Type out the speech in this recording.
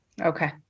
Okay